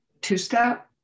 Two-Step